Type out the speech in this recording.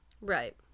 Right